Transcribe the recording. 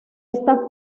esta